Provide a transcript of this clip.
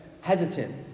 hesitant